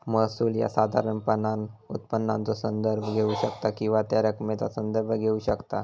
महसूल ह्या साधारणपणान उत्पन्नाचो संदर्भ घेऊ शकता किंवा त्या रकमेचा संदर्भ घेऊ शकता